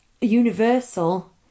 Universal